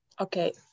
Okay